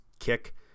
Kick